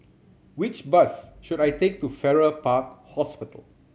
which bus should I take to Farrer Park Hospital